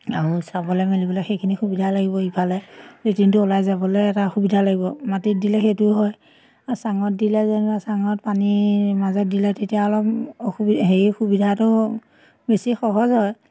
আৰু চাবলৈ মেলিবলৈ সেইখিনি সুবিধা লাগিব ইফালে লেটিনটো ওলাই যাবলৈ এটা সুবিধা লাগিব মাটিত দিলে সেইটো হয় আৰু চাঙত দিলে যেনিবা চাঙত পানীৰ মাজত দিলে তেতিয়া অলপ অসুবি সেই সুবিধাটো বেছি সহজ হয়